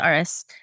RS